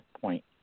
point